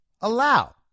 allow